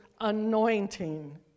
anointing